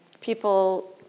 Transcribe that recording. People